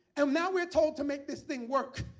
and now we're told to make this thing work.